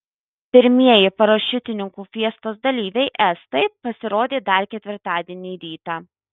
pirmieji parašiutininkų fiestos dalyviai estai pasirodė dar ketvirtadienį rytą